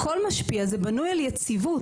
הכל משפיע, זה בנוי על יציבות.